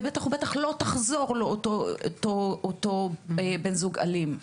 ובטח ובטח לא תחזור לאותו בן זוג אלים.